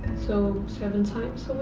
so seven times